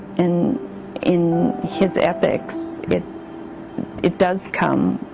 in in his epics it it does come